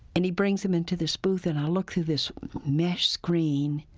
and he brings him into this booth, and i looked through this mesh screen.